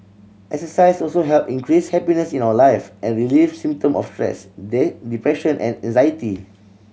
exercise also help increase happiness in our life and relieve symptom of stress they depression and anxiety